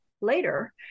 later